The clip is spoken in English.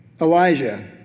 Elijah